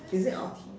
is it or